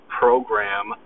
program